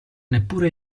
neppure